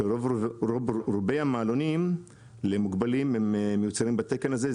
שרוב רובי המעלונים למוגבלים הם מיוצרים בתקן הזה,